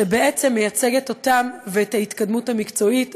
שבעצם מייצגת אותם ואת ההתקדמות המקצועית,